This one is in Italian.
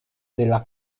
della